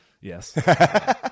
Yes